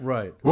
Right